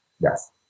Yes